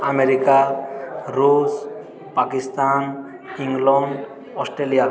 America ରୁଷ୍ Pakistan England Australia